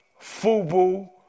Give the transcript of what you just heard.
Fubu